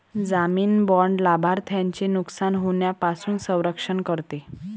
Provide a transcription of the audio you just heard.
जामीन बाँड लाभार्थ्याचे नुकसान होण्यापासून संरक्षण करते